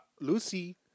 Lucy